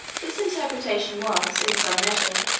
this interpretation was, in some measure,